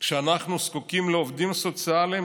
כשאנחנו זקוקים לעובדים סוציאליים